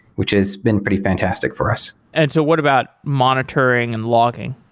which has been pretty fantastic for us. and so what about monitoring and logging?